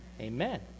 Amen